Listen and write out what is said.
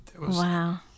Wow